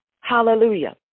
Hallelujah